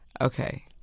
Okay